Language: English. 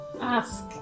ask